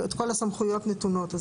הסמכויות נתונות.